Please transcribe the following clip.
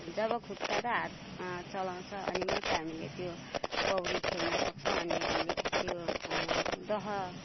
जब खुट्टा र हात चलाउँछ अनि मात्र हामीले त्यो पौडी खेल्नसक्छ अनि हामीले त्यो दह